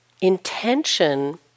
intention